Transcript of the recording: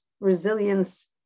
resilience